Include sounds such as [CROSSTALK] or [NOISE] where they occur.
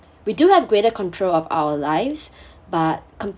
we do have greater control of our lives [BREATH] but compare